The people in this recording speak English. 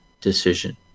decision